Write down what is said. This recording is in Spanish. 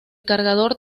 cargador